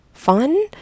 Fun